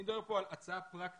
אני מדבר פה על הצעה פרקטית